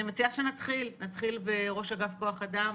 נתחיל בראש אגף כוח אדם.